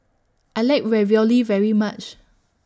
I like Ravioli very much